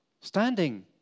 standing